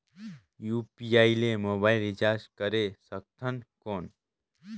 UPI ले mobile recharge करे सकथन कौन?